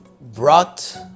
brought